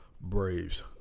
Braves